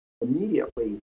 immediately